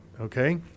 Okay